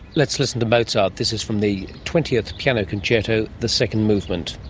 let's listen to mozart. this is from the twentieth piano concerto, the second movement.